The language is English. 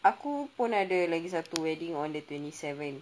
aku pun ada lagi satu wedding on the twenty seven